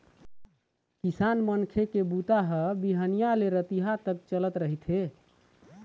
किसान मनखे के बूता ह बिहनिया ले रतिहा तक चलत रहिथे